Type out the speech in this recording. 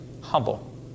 Humble